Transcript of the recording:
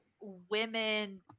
women